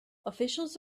officials